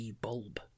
bulb